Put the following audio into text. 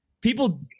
people